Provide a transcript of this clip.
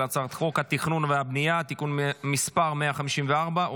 הצעת חוק התכנון והבנייה (תיקון מס' 154,